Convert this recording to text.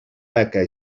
beca